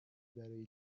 برای